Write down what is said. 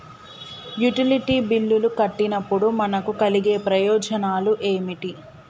Utility బిల్లులు కట్టినప్పుడు మనకు కలిగే ప్రయోజనాలు ఏమిటి?